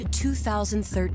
2013